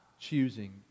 choosing